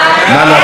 מי בעד?